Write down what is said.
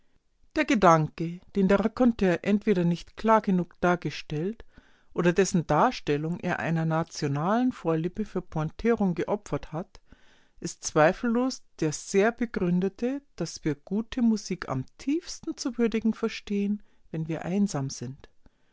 der gedanke den der raconteur entweder nicht klar genug dargestellt oder dessen darstellung er einer nationalen vorliebe für pointierung geopfert hat ist zweifellos der sehr begründete daß wir gute musik am tiefsten zu würdigen verstehen wenn wir einsam sind